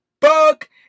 fuck